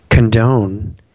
Condone